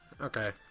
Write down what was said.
Okay